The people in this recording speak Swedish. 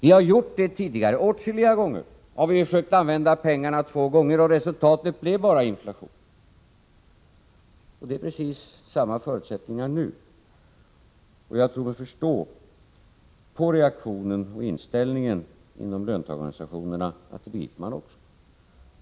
Vi har åtskilliga gånger tidigare försökt använda pengar två gånger, och resultatet har bara blivit inflation. Det är precis samma förutsättningar nu. Av reaktionerna från löntagarorganisationerna tror jag mig förstå att de begriper detta.